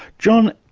john,